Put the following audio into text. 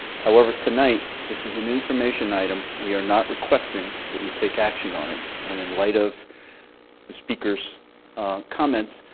however, tonight this is an information item. we are not requesting that you take action on it. and in light of the speaker's comments,